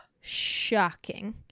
shocking